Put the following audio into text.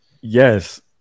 Yes